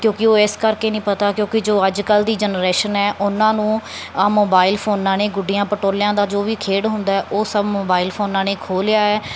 ਕਿਉਂਕਿ ਇਸ ਕਰਕੇ ਨਹੀਂ ਪਤਾ ਕਿਉਂਕਿ ਜੋ ਅੱਜ ਕੱਲ੍ਹ ਦੀ ਜਨਰੇਸ਼ਨ ਹੈ ਉਹਨਾਂ ਨੂੰ ਆਹ ਮੋਬਾਈਲ ਫੋਨਾਂ ਨੇ ਗੁੱਡੀਆਂ ਪਟੋਲਿਆਂ ਦਾ ਜੋ ਵੀ ਖੇਡ ਹੁੰਦਾ ਹੈ ਉਹ ਸਭ ਮੋਬਾਇਲ ਫੋਨਾਂ ਨੇ ਖੋ ਲਿਆ ਹੈ